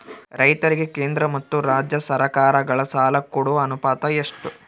ರೈತರಿಗೆ ಕೇಂದ್ರ ಮತ್ತು ರಾಜ್ಯ ಸರಕಾರಗಳ ಸಾಲ ಕೊಡೋ ಅನುಪಾತ ಎಷ್ಟು?